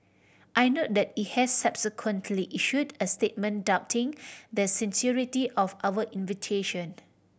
I note that it has subsequently issued a statement doubting the sincerity of our invitation